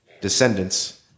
descendants